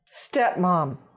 Stepmom